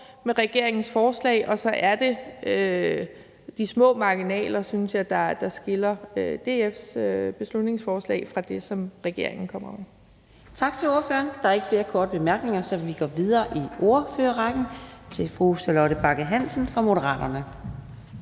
med regeringens forslag. Og så er det de små marginaler, synes jeg, der skiller DF's beslutningsforslag fra det, som regeringen kommer med.